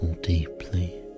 deeply